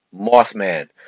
Mothman